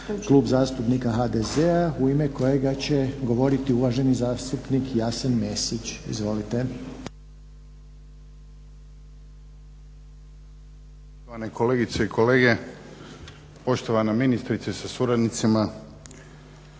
Klub zastupnika HDZ-a i u ime kojega će govoriti uvaženi zastupnik Jasen Mesić. Izvolite.